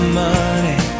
money